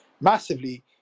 massively